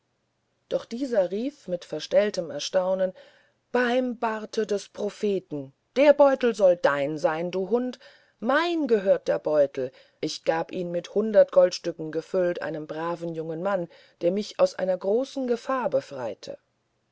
doch dieser rief mit verstelltem erstaunen beim bart des propheten der beutel soll dein sein du hund mein gehörte dieser beutel und ich gab ihn mit hundert goldstücken gefüllt einem braven jungen mann der mich aus einer großen gefahr befreite